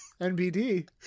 NBD